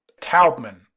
Taubman